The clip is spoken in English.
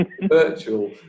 virtual